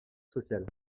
social